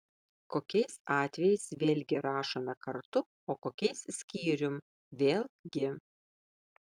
kokiais atvejais vėlgi rašome kartu o kokiais skyrium vėl gi